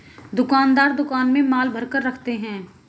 दुकानदार दुकान में माल भरकर रखते है